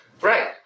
Right